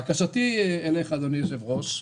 בקשתי אליך, אדוני היושב-ראש,